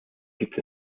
gibt